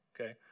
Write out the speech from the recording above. okay